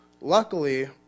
Luckily